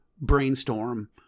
brainstorm